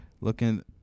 Looking